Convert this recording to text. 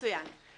מצוין.